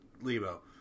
Lebo